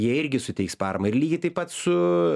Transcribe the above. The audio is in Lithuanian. jie irgi suteiks paramą ir lygiai taip pat su